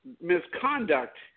misconduct